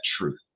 truth